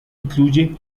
incluye